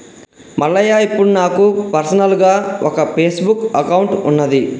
మల్లయ్య ఇప్పుడు నాకు పర్సనల్గా ఒక ఫేస్బుక్ అకౌంట్ ఉన్నది